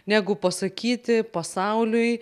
negu pasakyti pasauliui